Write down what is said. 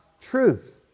truth